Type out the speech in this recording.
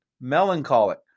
melancholic